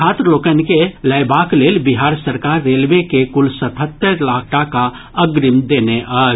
छात्र लोकनि के लयबाक लेल बिहार सरकार रेलवे के कुल सतहत्तरि लाख टाका अग्रिम देने अछि